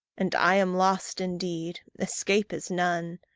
and i am lost indeed escape is none.